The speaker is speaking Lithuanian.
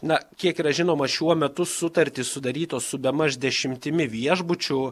na kiek yra žinoma šiuo metu sutartys sudarytos su bemaž dešimtimi viešbučių